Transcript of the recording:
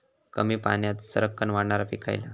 कमी पाण्यात सरक्कन वाढणारा पीक खयला?